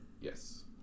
Yes